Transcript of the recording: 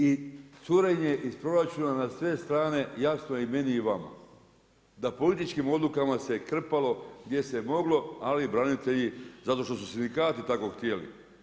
I curenje iz proračuna na sve strane jasno je i meni i vama, da političkim odlukama se krpalo gdje se je moglo ali branitelji zato što su sindikati tako htjeli.